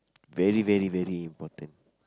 very very very important